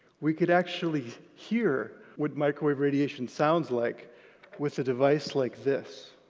we could actually hear what microwave radiation sounds like with a device like this.